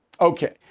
Okay